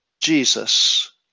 Jesus